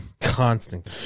Constant